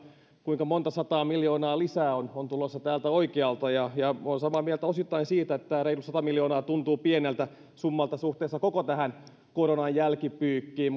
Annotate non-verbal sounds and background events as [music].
kuinka monta sataa miljoonaa lisää on on tulossa täältä oikealta olen samaa mieltä osittain siitä että tämä reilu sata miljoonaa tuntuu pieneltä summalta suhteessa koko tähän koronan jälkipyykkiin [unintelligible]